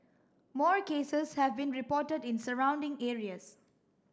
more cases have been reported in surrounding areas